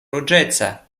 ruĝeca